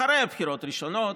אחרי הבחירות הראשונות,